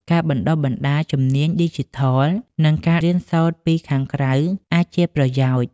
ការបណ្ដុះបណ្ដាលជំនាញឌីជីថល និងការរៀនសូត្រពីខាងក្រៅអាចជាប្រយោជន៍។